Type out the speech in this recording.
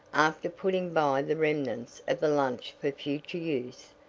after putting by the remnants of the lunch for future use,